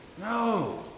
No